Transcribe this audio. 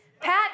Pat